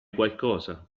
qualcosa